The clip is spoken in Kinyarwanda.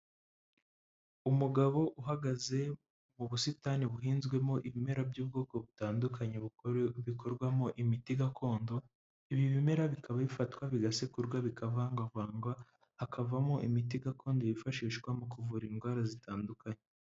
Umugabo uhagaze mu busitani buhinzwemo ibimera by'ubwoko butandukanye bukorwamo imiti gakondo ibi bimera bikaba bifatwa bigasekurwa bikavangwa hakavamo imiti gakondo yifashishwa mu kuvura indwara zitandukanye.